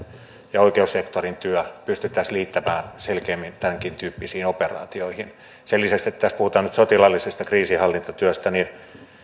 ja oikeussektorin työ pystyttäisiin liittämään selkeämmin tämänkin tyyppisiin operaatioihin sen lisäksi että tässä puhutaan nyt sotilaallisesta kriisinhallintatyöstä